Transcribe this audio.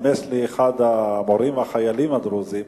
סימס לי אחד המורים החיילים הדרוזים,